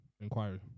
inquiry